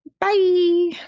bye